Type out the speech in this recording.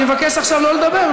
אני מבקש עכשיו לא לדבר,